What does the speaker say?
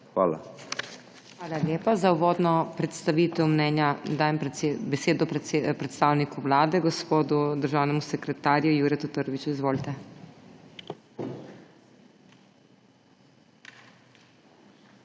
HOT: Hvala lepa. Za uvodno predstavitev mnenja dajem besedo predstavniku Vlade gospodu državnemu sekretarju Juretu Trbiču. Izvolite.